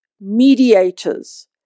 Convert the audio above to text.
mediators